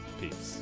Peace